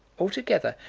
altogether,